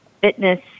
fitness